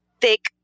thick